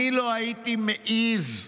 אני לא הייתי מעז,